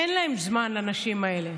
אין להן זמן, לנשים האלה.